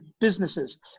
businesses